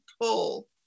pull